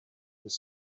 with